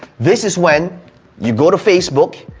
this is when you go to facebook,